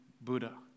Buddha